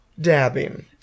Dabbing